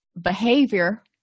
behavior